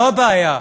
זו הבעיה.